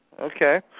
Okay